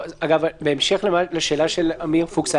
בהמשך לשאלה של עמיר פוקס,